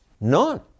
None